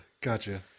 Gotcha